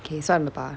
okay 算了吧